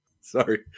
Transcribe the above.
Sorry